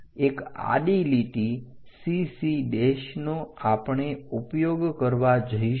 એક આડી લીટી CC' નો આપણે ઉપયોગ કરવા જઈશું